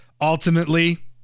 ultimately